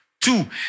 Two